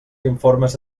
informes